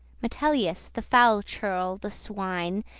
metellius, the foule churl, the swine,